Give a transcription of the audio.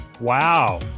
Wow